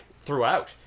throughout